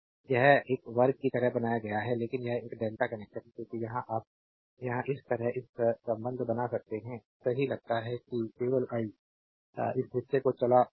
slide समय देखें 2901 यह एक वर्ग की तरह बनाया गया है लेकिन यह एक डेल्टा कनेक्शन है क्योंकि यहां आप यहां इस तरह इस संबंध बना सकते हैं सही लगता है कि केवल आई इस हिस्से को चला है